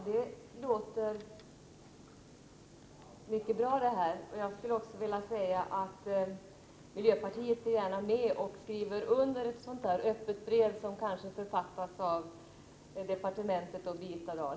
Herr talman! Det här låter mycket bra. Miljöpartiet är gärna med och skriver under ett öppet brev som kanske författas av departementet och Birgitta Dahl.